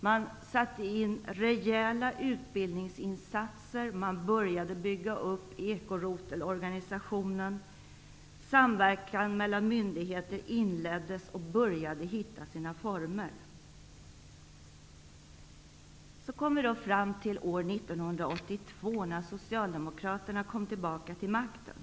Man satte in rejäla utbildningsinsatser. Man började bygga upp ekorotelorganisationen. Samverkan mellan myndigheter inleddes och började hitta sina former. År 1982 kom Socialdemokraterna tillbaka till makten.